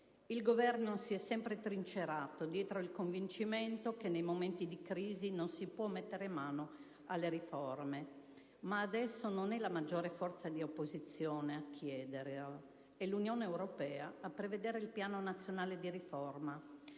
Il Governo si è sempre trincerato dietro il convincimento che nei momenti di crisi non si può mettere mano alle riforme. Adesso, però, non è la maggiore forza di opposizione a chiederlo; è l'Unione europea a prevedere il Piano nazionale di riforma.